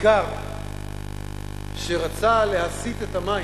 איכר שרצה להסיט את מי